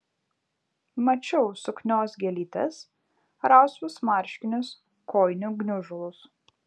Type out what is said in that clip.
mačiau suknios gėlytes rausvus marškinius kojinių gniužulus